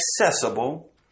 accessible